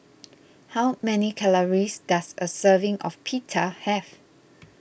how many calories does a serving of Pita have